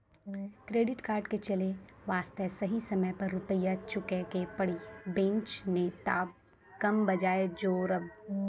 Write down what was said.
Credit card के चले वास्ते सही समय पर रुपिया चुके के पड़ी बेंच ने ताब कम ब्याज जोरब?